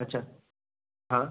अच्छा हां